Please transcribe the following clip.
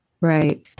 Right